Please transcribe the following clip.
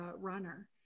runner